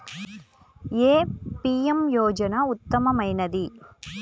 ఏ PM యోజన ఉత్తమమైనది?